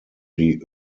die